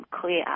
clear